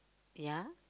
ya